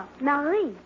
Marie